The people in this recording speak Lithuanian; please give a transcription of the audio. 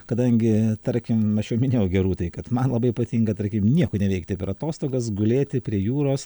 kadangi tarkim aš jau minėjau gerūtai kad man labai patinka tarkim nieko neveikti per atostogas gulėti prie jūros